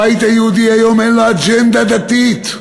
הבית היהודי היום, אין לו אג'נדה דתית.